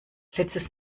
letztes